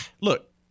Look